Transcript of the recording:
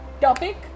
topic